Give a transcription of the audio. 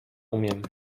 umiem